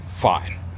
fine